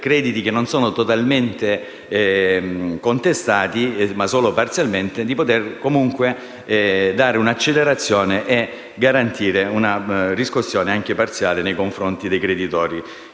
crediti non totalmente contestati, ma solo parzialmente, di poter dare una accelerazione e garantire una riscossione, anche parziale, nei confronti dei creditori